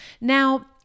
Now